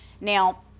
now